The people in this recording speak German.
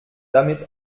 damit